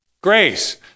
Grace